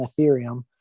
Ethereum